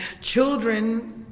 Children